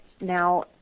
now